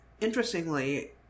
interestingly